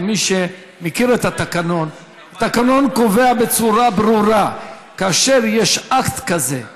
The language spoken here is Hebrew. כמי שמכיר את התקנון: התקנון קובע בצורה ברורה שכאשר יש אקט כזה במחאה,